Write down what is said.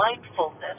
mindfulness